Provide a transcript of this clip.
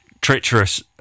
treacherous